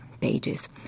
pages